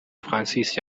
francis